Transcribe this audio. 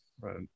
right